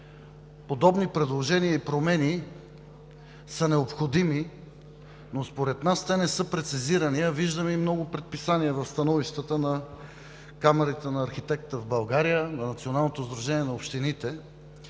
подобни предложения и промени са необходими, но според нас те не са прецизирани, а виждаме и много предписания в становищата на Камарата на архитектите в България, на Националното сдружение на общините